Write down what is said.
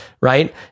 Right